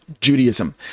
Judaism